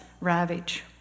ravage